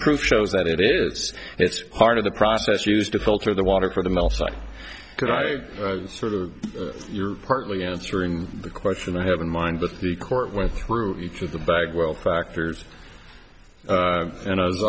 proof shows that it is it's part of the process used to filter the water for them else could i sort of you're partly answering the question i have in mind that the court went through each of the bagwell factors and as